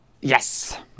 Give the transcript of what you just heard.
Yes